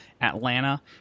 Atlanta